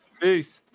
peace